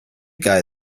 guy